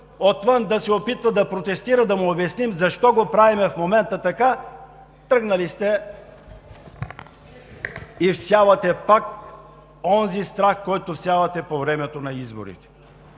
отвън, който се опитва да протестира, да му обясним защо го правим в момента така. Тръгнали сте и всявате пак онзи страх, който всявате по време на избори.